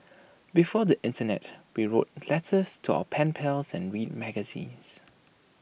before the Internet we wrote letters to our pen pals and read magazines